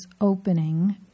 opening